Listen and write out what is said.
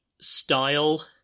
style